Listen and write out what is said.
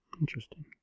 Interesting